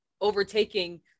overtaking